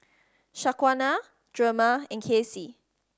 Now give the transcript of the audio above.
Shaquana Drema and Kasey